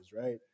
right